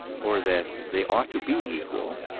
or that they ought to be equal,